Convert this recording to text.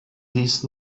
dies